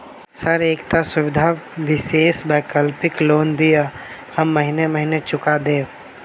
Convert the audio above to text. Sir एकटा सुविधा विशेष वैकल्पिक लोन दिऽ हम महीने महीने चुका देब?